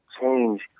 change